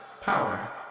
power